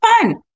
fun